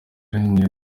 riharanira